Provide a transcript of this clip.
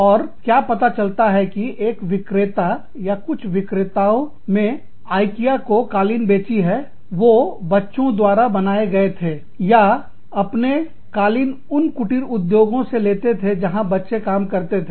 और क्या पता चलता है कि एक विक्रेता या कुछ विक्रेताओं मैं आइकियाIkea को कालीन बेची है वो बच्चों द्वारा बनाए गए थे या अपने कालीन उन कुटीर उद्योगों से लेते थे जहां बच्चे काम करते थे